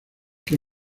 que